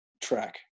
track